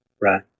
right